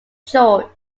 george